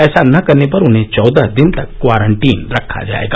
ऐसा न करने पर उन्हें चौदह दिन तक क्वारंटीन रखा जाएगा